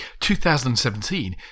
2017